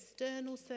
external